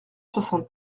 soixante